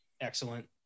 excellent